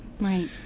Right